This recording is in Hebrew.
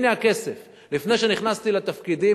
לפני שנכנסתי לתפקידי,